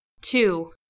two